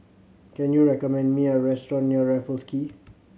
can you recommend me a restaurant near Raffles Quay